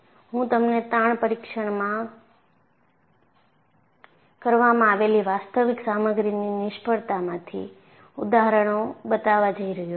હું તમને તાણ પરીક્ષણમાં કરવામાં આવેલી વાસ્તવિક સામગ્રીની નિષ્ફળતામાંથી ઉદાહરણો બતાવવા જઈ રહ્યો છું